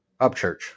Upchurch